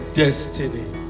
destiny